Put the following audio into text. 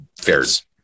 fares